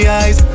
eyes